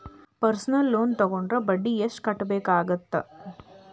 personal loan ತೊಗೊಂಡ್ರ ಬಡ್ಡಿ ಎಷ್ಟ್ ಕಟ್ಟಬೇಕಾಗತ್ತಾ